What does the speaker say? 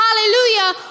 Hallelujah